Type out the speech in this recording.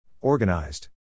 Organized